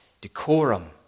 decorum